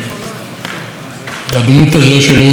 לדמות הזאת של אורי אבנרי התוודעתי בערך